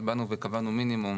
אז באנו וקבענו מינימום